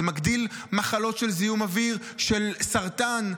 זה מגדיל מחלות של זיהום אוויר, של סרטן.